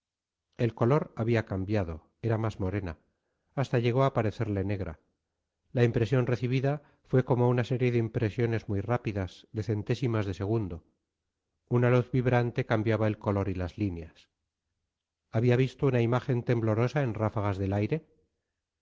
el color había cambiado era más morena hasta llegó a parecerle negra la impresión recibida fue como una serie de impresiones muy rápidas de centésimas de segundo la luz vibrante cambiaba el color y las líneas había visto una imagen temblorosa en ráfagas del aire